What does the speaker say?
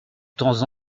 temps